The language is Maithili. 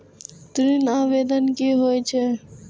ऋण आवेदन की होय छै?